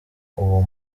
uwo